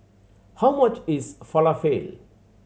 how much is Falafel